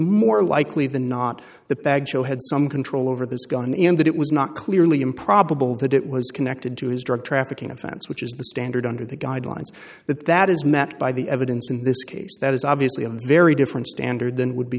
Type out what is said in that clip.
more likely than not the bag show had some control over this going in that it was not clearly improbable that it was connected to his drug trafficking offense which is the standard under the guidelines that that is matched by the evidence in this case that is obviously a very different standard than would be